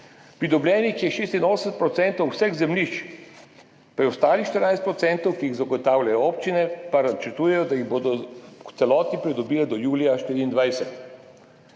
Pridobljenih je 86 % vseh zemljišč, preostalih 14 %, ki jih zagotavljajo občine, pa načrtujejo, da jih bodo v celoti pridobile do julija 2024.